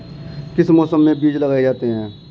किस मौसम में बीज लगाए जाते हैं?